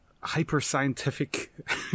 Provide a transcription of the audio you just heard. hyper-scientific